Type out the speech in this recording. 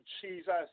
Jesus